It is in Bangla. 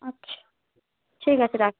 আচ্ছা ঠিক আছে রাখছি